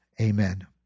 Amen